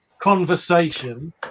conversation